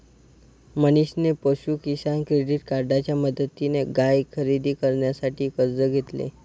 मनीषने पशु किसान क्रेडिट कार्डच्या मदतीने गाय खरेदी करण्यासाठी कर्ज घेतले